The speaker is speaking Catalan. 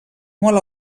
molt